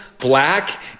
black